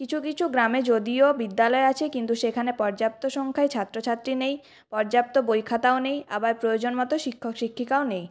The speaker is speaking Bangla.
কিছু কিছু গ্রামে যদিও বিদ্যালয় আছে কিন্তু সেখানে পর্যাপ্ত সংখ্যায় ছাত্রছাত্রী নেই পর্যাপ্ত বই খাতাও নেই আবার প্রয়োজন মত শিক্ষক শিক্ষিকাও নেই